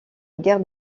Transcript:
guerre